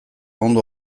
ondo